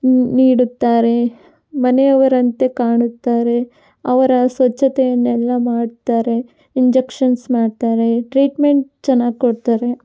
ನೀಡುತ್ತಾರೆ ಮನೆಯವರಂತೆ ಕಾಣುತ್ತಾರೆ ಅವರ ಸ್ವಚ್ಛತೆಯನ್ನೆಲ್ಲ ಮಾಡ್ತಾರೆ ಇಂಜಕ್ಷನ್ಸ್ ಮಾಡ್ತಾರೆ ಟ್ರೀಟ್ಮೆಂಟ್ ಚೆನ್ನಾಗಿ ಕೊಡ್ತಾರೆ